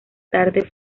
tarde